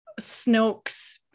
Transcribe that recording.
Snoke's